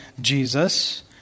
Jesus